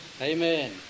Amen